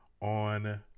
on